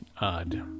odd